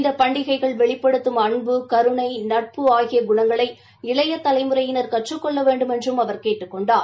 இந்த பண்டிகைகள் வெளிப்படுத்தம் அன்பு கருணை நட்பு ஆகிய குணங்களை இளைய தலைமுறையினர் கற்றுக் கொள்ள வேண்டுமென்றம் கேட்டுக் கொண்டார்